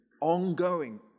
ongoing